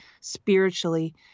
spiritually